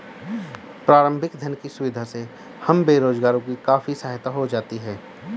प्रारंभिक धन की सुविधा से हम बेरोजगारों की काफी सहायता हो जाती है